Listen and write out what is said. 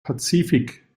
pazifik